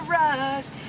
rise